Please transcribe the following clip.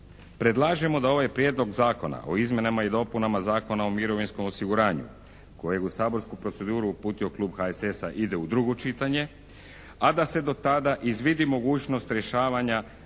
Predlažemo da ovaj Prijedlog zakona o izmjenama i dopunama Zakona o mirovinskom osiguranju kojeg u saborsku proceduru uputio Klub HSS-a ide u drugo čitanje, a da se do tada izvidi mogućnost rješavanja